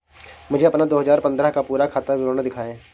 मुझे अपना दो हजार पन्द्रह का पूरा खाता विवरण दिखाएँ?